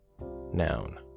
Noun